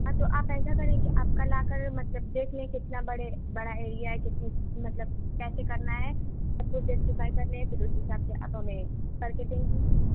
ہاں تو آپ ایسا کریں کہ آپ کل آ کر مطلب دیکھ لیں کتنا بڑے بڑا ایریا ہے کتنی مطلب کیسے کرنا ہے آپ کو جیسٹیفائی کر لیں پھر اسی حساب سے آپ ہمیں کر کے دیں گی